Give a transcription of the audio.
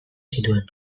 zituen